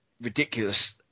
ridiculous